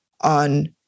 on